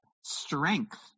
strength